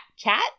Chat